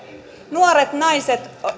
nuoret naiset